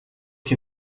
que